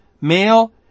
male